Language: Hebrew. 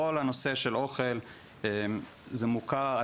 כל הנושא של אוכל זה מוכר,